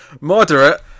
Moderate